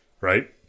Right